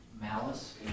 Malice